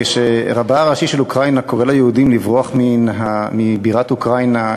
כשרבה הראשי של אוקראינה קורא ליהודים לברוח מבירת אוקראינה,